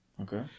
Okay